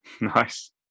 nice